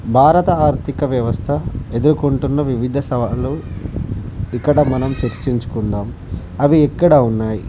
భారత ఆర్థిక వ్యవస్థ ఎదుర్కొంటున్న వివిధ సవాళ్ళు ఇక్కడ మనం చర్చించుకుందాం అవి ఎక్కడ ఉన్నాయి